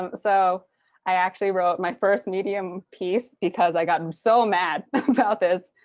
and so i actually wrote my first medium piece, because i got um so mad about this.